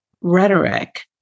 rhetoric